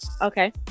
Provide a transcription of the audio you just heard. Okay